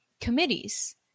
committees